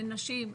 לנשים,